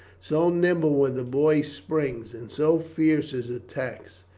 so nimble were the boy's springs, and so fierce his attacks.